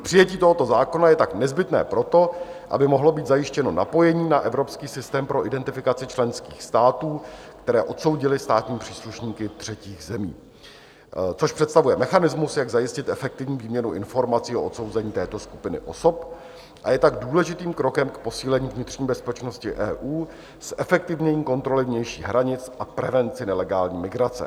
Přijetí tohoto zákona je tak nezbytné pro to, aby mohlo být zajištěno napojení na evropský systém pro identifikaci členských států, které odsoudily státní příslušníky třetích zemí, což představuje mechanismus, jak zajistit efektivní výměnu informací o odsouzení této skupiny osob, a je tak důležitým krokem k posílení vnitřní bezpečnosti EU, zefektivnění kontroly vnějších hranic a prevenci nelegální migrace.